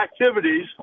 activities